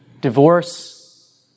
divorce